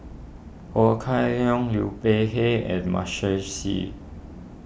Ho Kah Leong Liu Peihe and Michael Seet